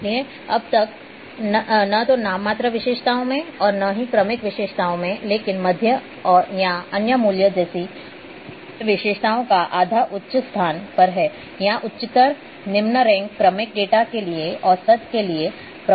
इसलिए अब तक न तो नाममात्र विशेषताओं में और न ही क्रमिक विशेषताओं में लेकिन मध्य या अन्य मूल्य जैसे कि विशेषताओं का आधा उच्च स्थान पर है या उच्चतर निम्न रैंक क्रमिक डेटा के लिए औसत के लिए प्रभावी विकल्प है